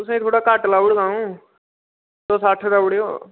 तुसेंगी थोह्ड़ा घट्ट लाउड़गा अं'ऊ तुस अट्ठ देई ओड़ेओ